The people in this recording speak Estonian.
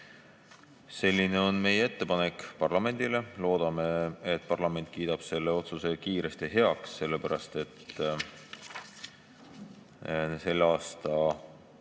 Selline on meie ettepanek parlamendile. Loodame, et parlament kiidab selle otsuse kiiresti heaks, sellepärast et selle aasta